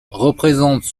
représente